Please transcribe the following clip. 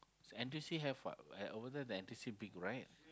N_T_U_C have what at over there the N_T_U_C big right